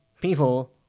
people